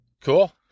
Cool